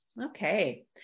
Okay